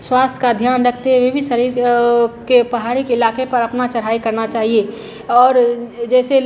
स्वास्थ्य का ध्यान रखते हुए भी शरीर के पहाड़ी के इलाक़े पर अपनी चढ़ाई करना चाहिए और जैसे